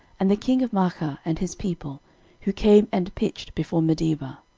and the king of maachah and his people who came and pitched before medeba.